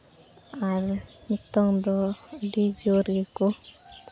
ᱟᱨ ᱱᱤᱛᱳᱝ ᱫᱚ ᱟᱹᱰᱤ ᱡᱳᱨ ᱜᱮᱠᱚ